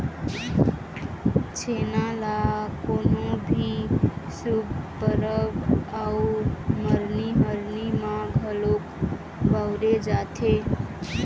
छेना ल कोनो भी शुभ परब अउ मरनी हरनी म घलोक बउरे जाथे